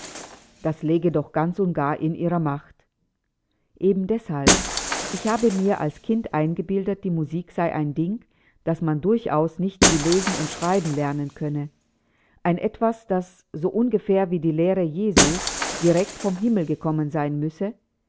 das läge doch ganz und gar in ihrer macht eben deshalb ich habe mir als kind eingebildet die musik sei ein ding das man durchaus nicht wie lesen und schreiben lernen könne ein etwas das so ungefähr wie die lehre jesu direkt vom himmel gekommen sein müsse